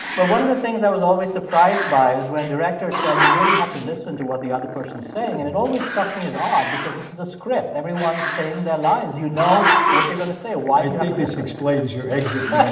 but one of the things i was always surprised by is when directors said, you really have to listen to what the other person is saying. and it always struck me as odd because this is a script. everyone's saying their lines. you know what you're going to say. i think this explains your exit from that ah